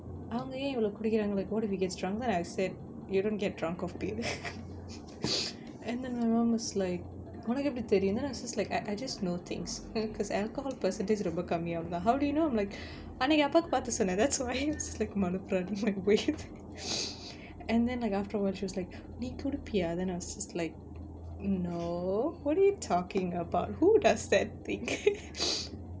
அவங்க ஏன் இவ்ளோ குடிக்கிறாங்க:avanga yaen ivlo kudikkiraanga what if he gets drunk then I said you don't get drunk of beer and then my mum was like உனக்கு எப்படி தெரியும்:unakku eppadi theriyum then I was just like I just know things because an alcohol percentage கம்மி அவளோதான்:kammi avalothaan how do you know I'm like அன்னைக்கி அப்பாக்கு பாத்து சொன்னேன்:annaiku appaakku paathu sonnaen that's why it's like மலுப்புற:maluppura my way and then like afterwards she was like நீ குடிப்பியா:nee kudippiyaa then I was just like no what are you talking about who does that thing